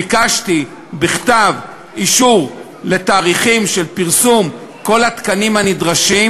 ביקשתי בכתב אישור לתאריכים של פרסום כל התקנים הנדרשים,